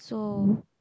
so